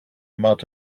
mud